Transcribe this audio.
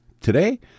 Today